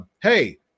Hey